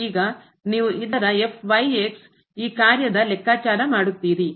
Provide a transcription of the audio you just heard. ಈಗ ನೀವು ಇದರ ಈ ಕಾರ್ಯದ ಲೆಕ್ಕಾಚಾರ ಮಾಡುತ್ತೀರಿ